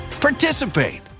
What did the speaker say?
participate